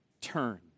turn